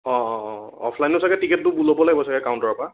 অ' অ' অ' অফলাইনত ছাগে টিকেটটো ল'ব লাগিব ছাগে কাউণ্টাৰৰ পৰা